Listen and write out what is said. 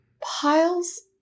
piles